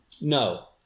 No